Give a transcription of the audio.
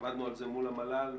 עמדנו על זה מול המל"ל.